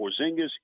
Porzingis